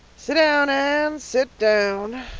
sit down, anne, sit down,